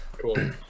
Cool